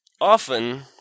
Often